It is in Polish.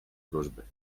wróżby